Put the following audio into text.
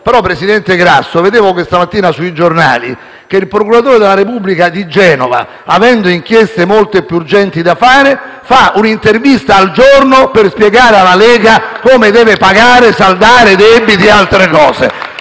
Presidente Grasso, ho letto però questa mattina sui giornali che il procuratore della Repubblica di Genova, pur avendo inchieste molto più urgenti da fare, rilascia un'intervista al giorno per spiegare alla Lega come deve pagare e saldare i debiti e altre cose.